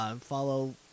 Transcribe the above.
follow